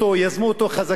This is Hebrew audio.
יזמו אותו חזקים,